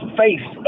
face